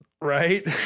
Right